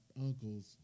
uncles